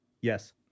Yes